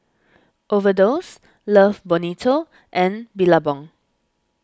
Overdose Love Bonito and Billabong